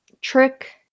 Trick